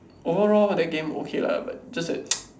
overall that game okay lah but just that